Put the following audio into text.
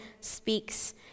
speaks